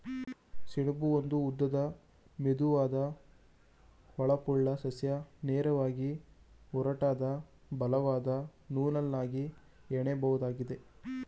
ಸೆಣಬು ಒಂದು ಉದ್ದದ ಮೆದುವಾದ ಹೊಳಪುಳ್ಳ ಸಸ್ಯ ನಾರಗಿದೆ ಒರಟಾದ ಬಲವಾದ ನೂಲನ್ನಾಗಿ ಹೆಣಿಬೋದಾಗಿದೆ